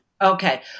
Okay